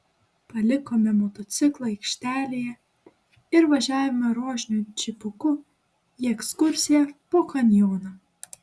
palikome motociklą aikštelėje ir važiavome rožiniu džipuku į ekskursiją po kanjoną